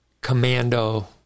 Commando